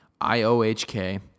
IOHK